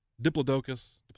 Diplodocus-